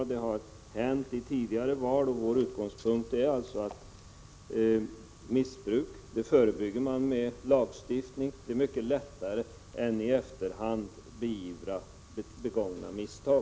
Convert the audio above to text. Men det har hänt vid tidigare val. Vår utgångspunkt är alltså att missbruk förebyggs med lagstiftning. Det är mycket svårare att i efterhand beivra begångna misstag.